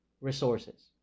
Resources